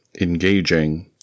engaging